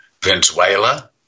Venezuela